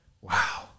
wow